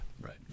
right